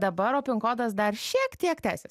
dabar o pin kodas dar šiek tiek tęsis